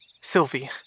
Sylvie